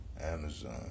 Amazon